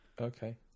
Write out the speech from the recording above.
Okay